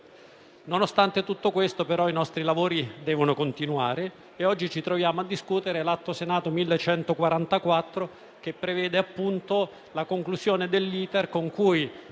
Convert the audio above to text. Nonostante tutto questo, però, i nostri lavori devono continuare e oggi ci troviamo a discutere l'Atto Senato 1144, che prevede la conclusione dell'*iter* con il